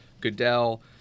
Goodell